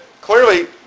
clearly